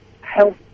help